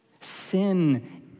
Sin